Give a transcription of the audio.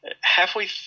Halfway